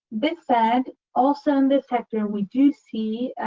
this said, also, in this sector, we do see